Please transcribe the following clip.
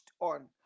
on